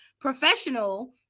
professional